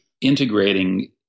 integrating